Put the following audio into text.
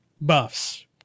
buffs